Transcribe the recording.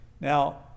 Now